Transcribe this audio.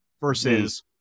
versus